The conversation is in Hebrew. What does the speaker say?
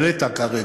מסעוד, העלית כרגע,